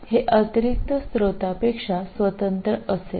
हे अतिरिक्त स्त्रोतापेक्षा स्वतंत्र असेल